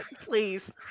Please